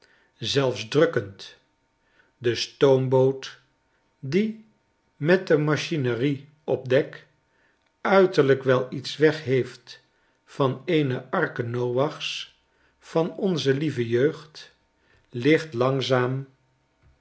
zelfs drukkend de stoomboot die met de machinerie op dek uiterlijk wel ietswegheeftvaneene arke noachs van onze lieve jeugd ligt langzaam